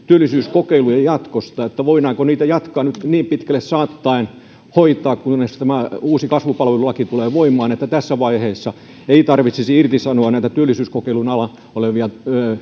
työllisyyskokeilujen jatkosta voidaanko niitä jatkaa niin pitkälle saattaen hoitaa kunnes tämä uusi kasvupalvelulaki tulee voimaan että tässä vaiheessa ei tarvitsisi irtisanoa näitä työllisyyskokeilun alla olevia